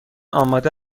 آماده